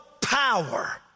power